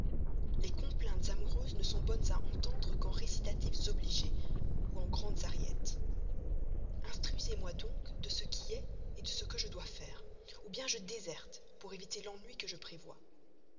les complaintes amoureuses ne sont bonnes à entendre qu'en récitatif obligé ou en grandes ariettes instruisez-moi donc de ce qui est de ce que je dois faire ou bien je déserte pour éviter l'ennui que je prévois